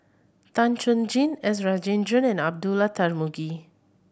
Tan Chuan Jin S Rajendran and Abdullah Tarmugi